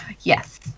Yes